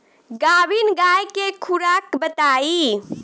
गाभिन गाय के खुराक बताई?